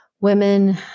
women